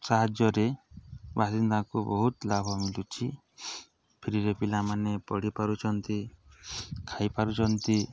ସାହାଯ୍ୟରେ ବାସିନ୍ଦାଙ୍କୁ ବହୁତ ଲାଭ ମିଲୁଛି ଫ୍ରିରେ ପିଲାମାନେ ପଢ଼ି ପାରୁଛନ୍ତି ଖାଇପାରୁଛନ୍ତି